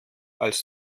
als